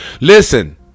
Listen